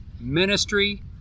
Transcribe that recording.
ministry